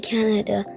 Canada